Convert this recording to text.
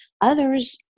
Others